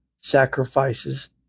sacrifices